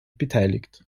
beteiligt